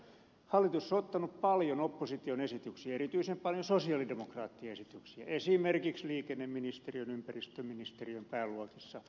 hallitus on ottanut paljon opposition esityksiä erityisen paljon sosialidemokraattien esityksiä esimerkiksi liikenneministeriön ympäristöministeriön pääluokissa